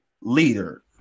leader